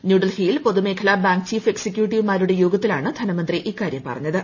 ന്യൂഡൽഹിയിൽ പൊതുമേഖലാ bank chief എക്സിക്യുട്ടീവുമാരുടെ യോഗത്തിലാണ് ധനമന്ത്രി ഇക്കാര്യം പറഞ്ഞത്